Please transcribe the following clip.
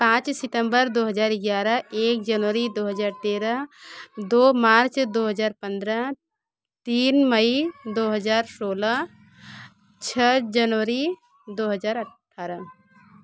पाँच सितंबर दो हजार ग्यारह एक जनवरी दो हजार तेरह दो मार्च दो हजार पंद्रह तीन मई दो हजार सोलह छः जनवरी दो हजार अठारह